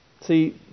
See